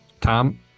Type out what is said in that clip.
Tom